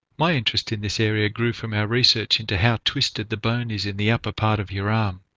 my interest in this area grew from our research into how twisted the bone is in the upper part of your um